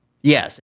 Yes